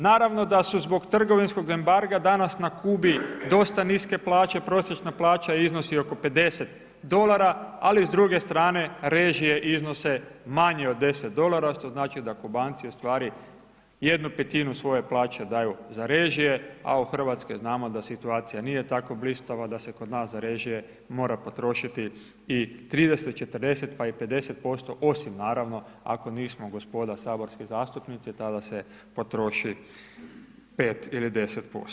Naravno da su zbog trgovinskog embarga danas na Kubi dosta niske plaće, prosječna plaća iznosi oko 50 dolara, ali s druge strane režije iznose manje od 10 dolara, što znači da Kubanci u stvari 1/5 svoje plaće daju za režije, a u Hrvatskoj znamo da situacija nije tako blistava da se kod nas za režije mora potrošiti i 30, 40 pa i 50% osim naravno ako nismo gospoda saborski zastupnici tada se potroši 5 ili 10%